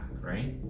right